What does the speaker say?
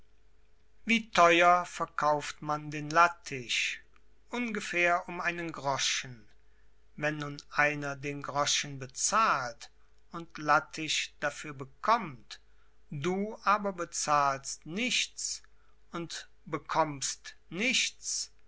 wie theuer verkauft man den lattich ungefähr um einen groschen wenn nun einer den groschen bezahlt und lattich dafür bekommt du aber bezahlst nichts und bekommst nichts